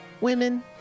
Women